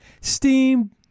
steam